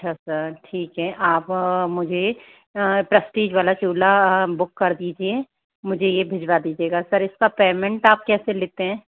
अच्छा सर ठीक है आप मुझे प्रेस्टीज वाला चूल्हा बुक कर दीजिए मुझे ये भिजवा दीजिएगा सर इसका पेमेंट आप कैसे लेते हैं